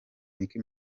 nicki